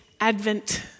Advent